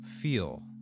feel